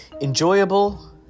enjoyable